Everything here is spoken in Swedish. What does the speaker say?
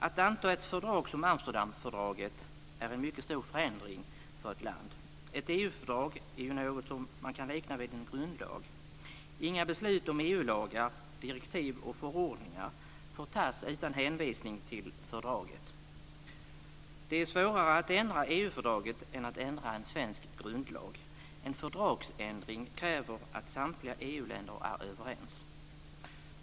Att anta ett fördrag som Amsterdamfördraget är en mycket stor förändring för ett land. Ett EU-fördrag är ju något som kan liknas vid en grundlag. Inga beslut om EU lagar, direktiv och förordningar får tas utan hänvisning till fördraget. Det är svårare att ändra EU fördraget än att ändra en svensk grundlag. En fördragsändring kräver att samtliga EU-länder är överens.